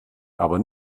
aber